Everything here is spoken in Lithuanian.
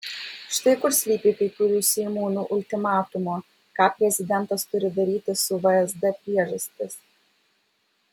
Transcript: štai kur slypi kai kurių seimūnų ultimatumo ką prezidentas turi daryti su vsd priežastis